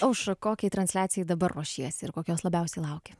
aušra kokiai transliacijai dabar ruošiesi ir kokios labiausiai lauki